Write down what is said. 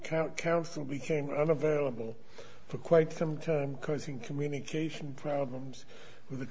count council became unavailable for quite some time causing communication problems with the